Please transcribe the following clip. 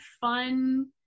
fun